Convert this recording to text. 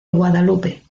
guadalupe